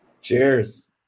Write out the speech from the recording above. Cheers